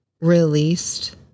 released